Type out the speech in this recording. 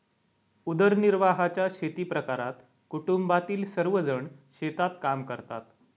उदरनिर्वाहाच्या शेतीप्रकारात कुटुंबातील सर्वजण शेतात काम करतात